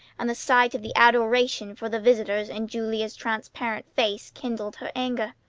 and the sight of the adoration for the visitors in julia's transparent face kindled her anger.